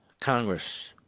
Congress